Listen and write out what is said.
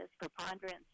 preponderance